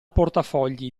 portafogli